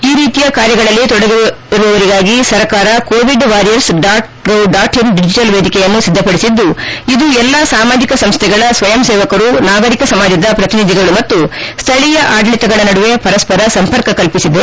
ಈ ರೀತಿಯ ಕಾರ್ಯಗಳಲ್ಲಿ ತೊಡಗುವವರಿಗಾಗಿ ಸರ್ಕಾರ ಕೋವಿಡ್ ವಾರಿಯರ್ ಡಾಟ್ಗೌಡಾಟ್ಇನ್ ಡಿಜೆಟಲ್ ವೇದಿಕೆಯನ್ನು ಸಿದ್ಧಪಡಿಸಿದ್ದು ಇದು ಎಲ್ಲಾ ಸಾಮಾಜಿಕ ಸಂಸ್ಥೆಗಳ ಸ್ವಯಂ ಸೇವಕರು ನಾಗರಿಕ ಸಮಾಜದ ಪ್ರತಿನಿಧಿಗಳು ಮತ್ತು ಸ್ಥಳೀಯ ಆಡಳಿತಗಳ ನಡುವೆ ಪರಸ್ಪರ ಸಂಪರ್ಕ ಕಲ್ಪಿಸಿದೆ